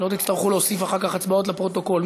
שלא תצטרכו להוסיף אחר כך הצבעות לפרוטוקול.